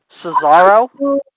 Cesaro